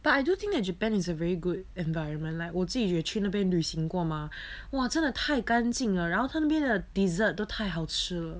but I do think that japan is a very good environment like 我自己也去那边旅行过 mah !wah! 真的太干净了然后它那边的 dessert 都太好吃了